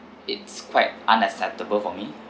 it's quite unacceptable for me